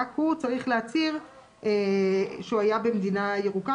רק הוא צריך להצהיר שהוא היה במדינה ירוקה